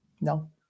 No